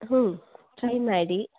try ಮಾಡಿ